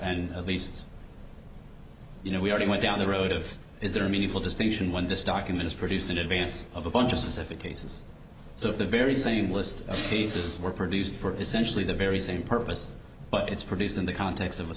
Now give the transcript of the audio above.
and at least you know we are going down the road of is there a meaningful distinction when this document is produced in advance of a bunch of specific cases so if the very same list of cases were produced for essentially the very same purpose but it's produced in the context of a